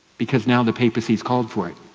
because now the papacy has called for it.